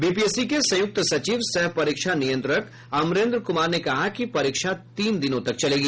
BPSC के संयुक्त सचिव सह परीक्ष नियंत्रक अमरेन्द्र क्मार ने कहा कि परीक्षा तीन दिनों तक चलेगी